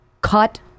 cut